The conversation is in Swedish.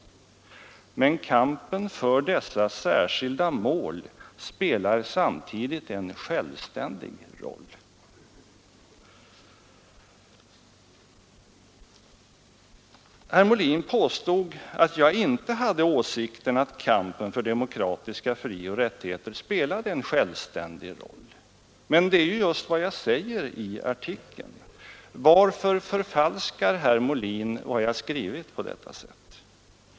Men kampen för dessa särskilda mål spelar samtidigt en självständig roll.” Herr Molin påstod att jag inte hade åsikten att kampen för demokratiska frioch rättigheter spelar en självständig roll. Men det är just vad jag säger i artikeln. Varför förfalskar herr Molin vad jag har skrivit?